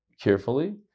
carefully